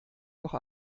noch